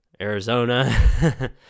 Arizona